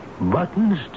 Buttons